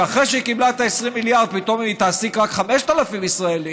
ואחרי שהיא קיבלה את 20 המיליארד פתאום היא תעסיק רק 5,000 ישראלים,